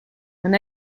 non